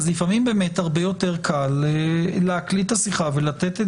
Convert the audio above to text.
לפעמים הרבה יותר קל להקליט את השיחה ולתת את